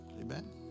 amen